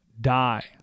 die